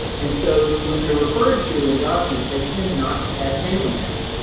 and so when they're referred to in documents, they tend not to have family names.